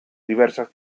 diversas